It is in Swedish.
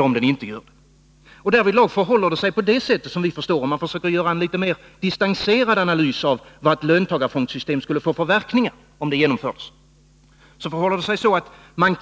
Om vi försöker göra en litet mer distanserad analys av vad genomförandet av ett löntagarfondssystem skulle få för verkningar, finner vi att det